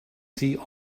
ddi